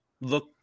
look